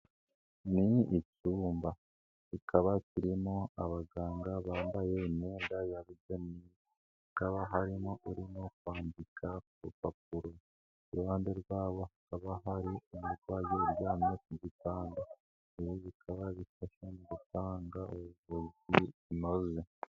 Ni ikibumba kikaba kirimo abaganga bambaye imyenda yabugenewe, hakaba harimo urimo kwambika ku rupapuro, iruhande rwabo haba hari umurwayi uryamye ku gipangu ubu bikaba bifasha mu gutanga ubuvumaze ze.